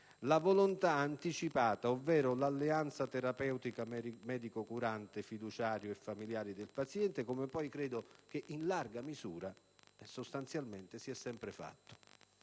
la volontà anticipata ovvero l'alleanza terapeutica tra medico curante, fiduciario e familiari del paziente (come poi credo che, in larga misura, sostanzialmente si sia sempre fatto).